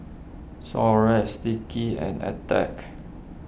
Xorex Sticky and Attack